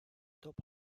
top